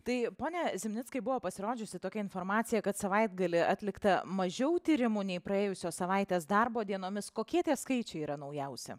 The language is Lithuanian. tai pone zimnickai buvo pasirodžiusi tokia informacija kad savaitgalį atlikta mažiau tyrimų nei praėjusios savaitės darbo dienomis kokie tie skaičiai yra naujausi